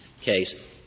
case